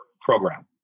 program